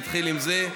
נתחיל עם זה.